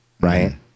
right